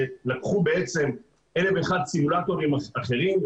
שלקחו בעצם אלף ואחד סימולטורים אחרים,